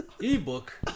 E-book